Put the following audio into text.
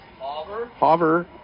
Hover